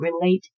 relate